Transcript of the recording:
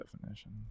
definition